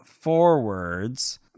forwards